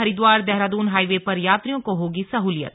Haridwar Dehradun highway पर यात्रियों को होगी सहूलियत